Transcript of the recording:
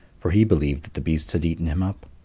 for he believed that the beasts had eaten him up.